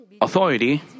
authority